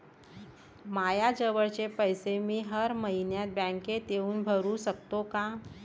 मायाजवळचे पैसे मी हर मइन्यात बँकेत येऊन भरू सकतो का?